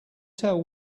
tell